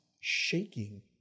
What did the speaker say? shaking